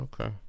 Okay